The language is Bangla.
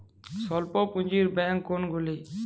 স্বল্প পুজিঁর ব্যাঙ্ক কোনগুলি?